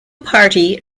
party